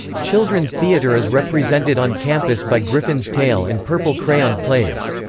children's theater is represented on campus by griffin's tale and purple crayon players.